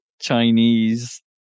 Chinese